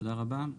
תודה רבה.